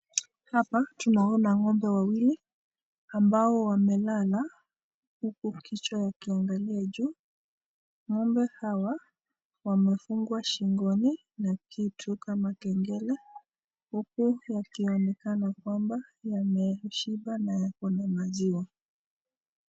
Hapa tunaona ng'ombe wawili ,ambao wamelala uku kichwa ikiangalia juu, ng'ombe hawa wamefungwa shingoni na kitu kama kengele , uku yakionekana kwamba yameshiba na yako na maziwa.